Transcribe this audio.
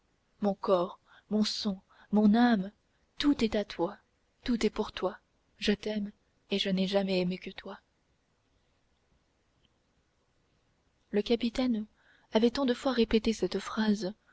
mon corps mon sang mon âme tout est à toi tout est pour toi je t'aime et n'ai jamais aimé que toi le capitaine avait tant de fois répété cette phrase